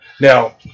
Now